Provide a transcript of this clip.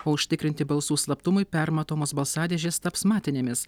o užtikrinti balsų slaptumui permatomos balsadėžės taps matinėmis